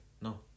No